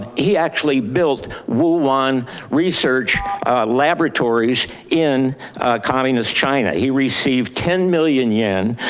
he actually built wuhan research laboratories in communist china. he received ten million yen,